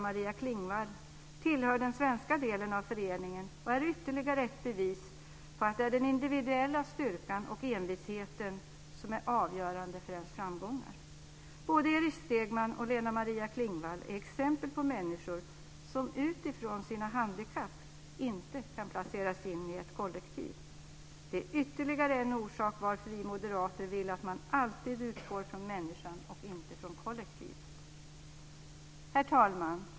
Maria Klingvall tillhör den svenska delen av föreningen och är ytterligare ett bevis på att det är den individuella styrkan och envisheten som är avgörande för ens framgångar. Både Erich Stegmann och Lena Maria Klingvall är exempel på människor som utifrån sina handikapp inte kan placeras in i ett kollektiv. Det är ytterligare en orsak till att vi moderater vill att man alltid utgår från människan och inte från kollektivet. Herr talman!